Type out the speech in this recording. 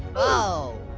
oh,